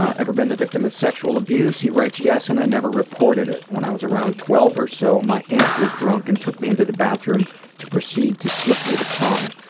ever been the victim of sexual abuse? he writes, yes and i never reported it. when i was around twelve or so, my aunt was drunk and took me into the bathroom to proceed to slip me the tongue.